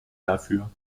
dafür